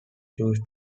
choose